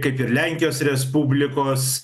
kaip ir lenkijos respublikos